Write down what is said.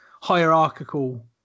hierarchical